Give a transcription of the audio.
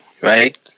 right